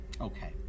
Okay